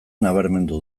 nabarmendu